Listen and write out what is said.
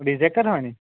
rejected হয় নেকি